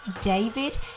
David